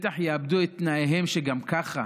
בטח יאבדו את תנאיהם, וגם ככה